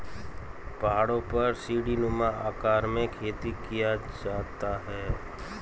पहाड़ों पर सीढ़ीनुमा आकार में खेती किया जाता है